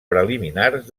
preliminars